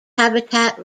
habitat